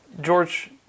George